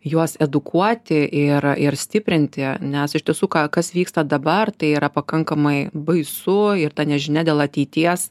juos edukuoti ir ir stiprinti nes iš tiesų ką kas vyksta dabar tai yra pakankamai baisu ir ta nežinia dėl ateities